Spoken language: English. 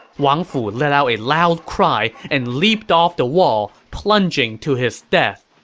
wang fu let out a loud cry and leaped off the wall, plunging to his death.